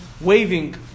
waving